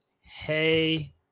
Hey